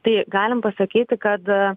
tai galim pasakyti kada